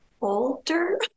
older